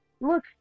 look